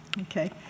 okay